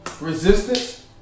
resistance